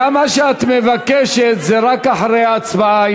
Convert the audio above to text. גם מה שאת מבקשת זה רק אחרי ההצבעה,